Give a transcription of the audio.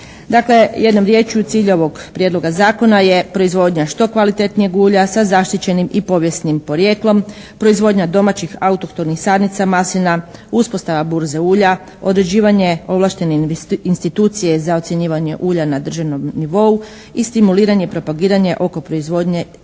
jednom riječju cilj ovog Prijedloga zakona je proizvodnja što kvalitetnijeg ulja sa zaštićenim i povijesnim porijeklom, proizvodnja domaćih autohtonih sadnica maslina, uspostava burze ulja, određivanje ovlaštene institucije za ocjenjivanje ulja na državnom nivou i stimuliranje i propagiranje oko proizvodnje stolnih